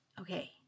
Okay